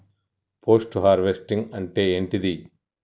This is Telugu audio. పోస్ట్ హార్వెస్టింగ్ అంటే ఏంటిది?